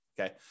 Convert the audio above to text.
Okay